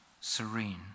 serene